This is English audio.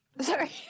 sorry